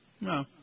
No